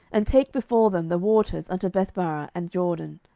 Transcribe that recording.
and take before them the waters unto bethbarah and jordan.